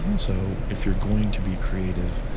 so if you're going to be creative,